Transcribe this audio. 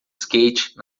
skate